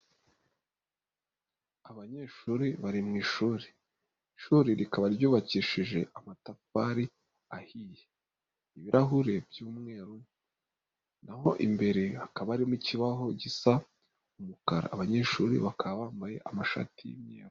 Abanyeshuri bari mu ishuri, ishuri rikaba ryubakishije amatafari ahiye, ibirahuri by'umweru, n'aho imbere hakaba harimo ikibaho gisa umukara, abanyeshuri bakaba bambaye amashati y'imyeru.